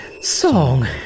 song